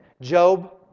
Job